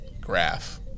graph